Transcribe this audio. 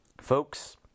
folks